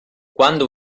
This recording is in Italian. quando